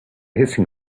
hissing